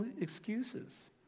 excuses